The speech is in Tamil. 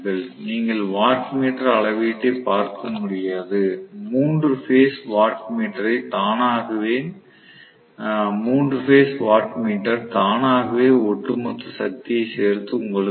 நீங்கள் வாட்மீட்டர் அளவீட்டை பார்க்க முடியாது 3 பேஸ் வாட்மீட்டர் தானாகவே ஒட்டுமொத்த சக்தியை சேர்த்து உங்களுக்குத் தரும்